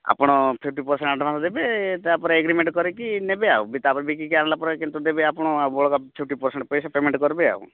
ଆପଣ fifty percent advance ଦେବେ ତା'ପରେ ଏଗ୍ରିମେଣ୍ଟ୍ କରିକି ନେବେ ଆଉ ବି ତା'ପରେ ବିକିକି ଆଣିଲା ପରେ କିନ୍ତୁ ଦେବେ ଆପଣ ଆଉ ବଳକା ଫିପ୍ଟି ପର୍ସେଣ୍ଟ୍ ଆଉ ପେମେଣ୍ଟ୍ କରିବେ ଆଉ